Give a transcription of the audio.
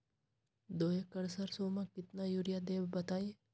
दो एकड़ सरसो म केतना यूरिया देब बताई?